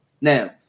now